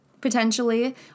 potentially